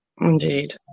Indeed